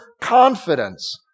confidence